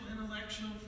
intellectual